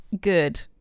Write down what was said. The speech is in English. Good